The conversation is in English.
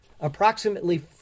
Approximately